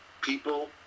people